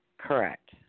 Correct